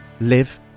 live